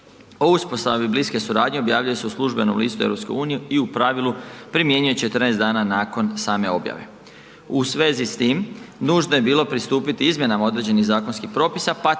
o uspostavi bliske suradnje objavljuje se u službenu listu EU-a i u pravilu primjenjuje 14 dana nakon same objave. U svezi s tim, nužno je bilo pristupiti izmjenama određenih zakonskih propisa